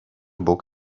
book